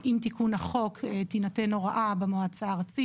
עם תיקון החוק תינתן הוראה במועצה הארצית